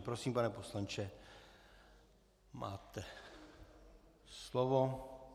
Prosím, pane poslanče, máte slovo.